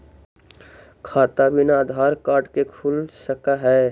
खाता बिना आधार कार्ड के खुल सक है?